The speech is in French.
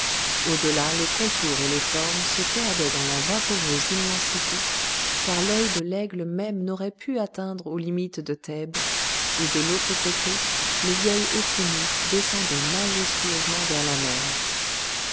de feuilles au-delà les contours et les formes se perdaient dans la vaporeuse immensité car l'œil de l'aigle même n'aurait pu atteindre aux limites de thèbes et de l'autre côté le vieil hôpi mou descendait majestueusement vers la mer